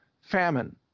famine